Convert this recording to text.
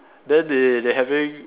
then they they having